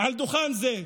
מעל דוכן זה,